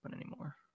anymore